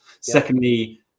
Secondly